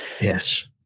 Yes